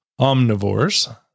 omnivores